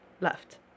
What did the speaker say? left